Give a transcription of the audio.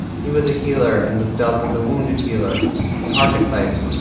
he was a healer and was dubbed the wounded healer an archetype,